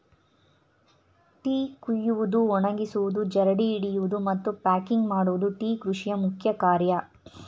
tea ಕುಯ್ಯುವುದು, ಒಣಗಿಸುವುದು, ಜರಡಿ ಹಿಡಿಯುವುದು, ಮತ್ತು ಪ್ಯಾಕಿಂಗ್ ಮಾಡುವುದು ಟೀ ಕೃಷಿಯ ಮುಖ್ಯ ಕಾರ್ಯ